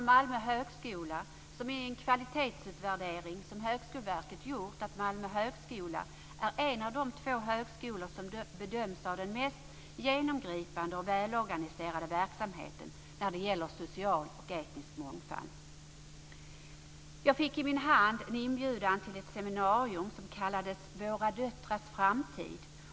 Jag läste i en kvalitetsutvärdering som Högskoleverket gjort att Malmö högskola är en av de två högskolor som bedöms ha den mest genomgripande och välorganiserade verksamheten när det gäller social och etnisk mångfald. Jag fick i min hand en inbjudan till ett seminarium som kallades Våra döttrars framtid.